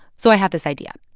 so i have this idea.